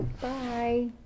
Bye